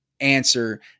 answer